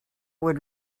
would